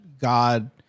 God